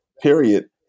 period